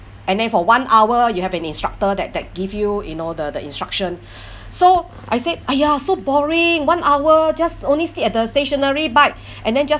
and then for one hour you have an instructor that that give you you know the the instruction so I said !aiya! so boring one hour just only sit at the stationary bike and then just